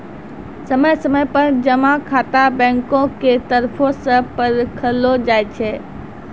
समय समय पर जमा खाता बैंको के तरफो से परखलो जाय छै